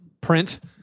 print